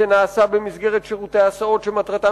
וכל זה נעשה במסגרת שירותי הסעות שמטרתם